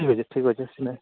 ଠିକ ଅଛି ଠିକ ଅଛି ଆସିବେ